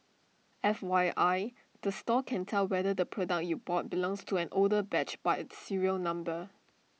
F Y I the store can tell whether the product you bought belongs to an older batch by its serial number